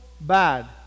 bad